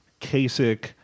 Kasich